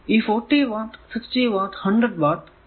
ഈ 40 watt 60 watt 100വാട്ട്